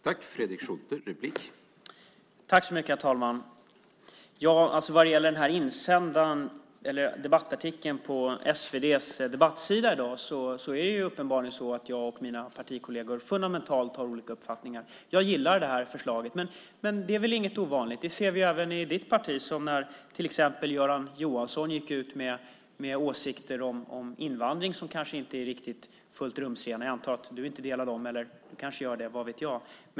Herr talman! När det gäller den här debattartikeln på SvD:s debattsida i dag vill jag säga att det uppenbarligen är så att jag och mina partikolleger har fundamentalt olika uppfattningar. Jag gillar det här förslaget. Men det är inget ovanligt. Det ser vi även i ditt parti, till exempel när Göran Johansson gick ut med åsikter om invandring som kanske inte är riktigt fullt rumsrena. Jag antar att du inte delar dem, eller du kanske gör det - vad vet jag.